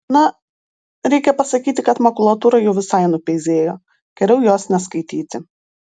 na reikia pasakyti kad makulatūra jau visai nupeizėjo geriau jos neskaityti